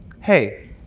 hey